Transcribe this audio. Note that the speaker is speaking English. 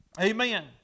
Amen